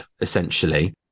essentially